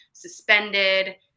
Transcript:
suspended